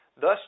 Thus